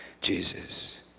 Jesus